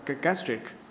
gastric